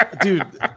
dude